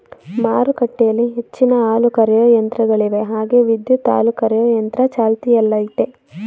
ಮಾರುಕಟ್ಟೆಲಿ ಹೆಚ್ಚಿನ ಹಾಲುಕರೆಯೋ ಯಂತ್ರಗಳಿವೆ ಹಾಗೆ ವಿದ್ಯುತ್ ಹಾಲುಕರೆಯೊ ಯಂತ್ರ ಚಾಲ್ತಿಯಲ್ಲಯ್ತೆ